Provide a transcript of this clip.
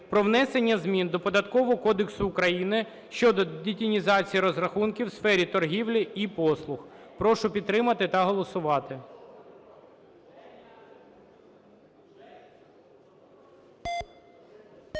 про внесення змін до Податкового кодексу України щодо детінізації розрахунків в сфері торгівлі і послуг. Прошу підтримати та голосувати.